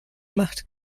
macht